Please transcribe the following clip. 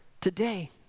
today